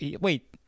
Wait